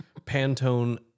Pantone